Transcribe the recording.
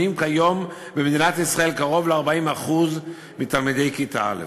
כיום במדינת ישראל קרוב ל-40% מתלמידי כיתה א'.